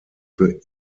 für